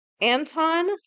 Anton